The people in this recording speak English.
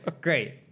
Great